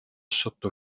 sotto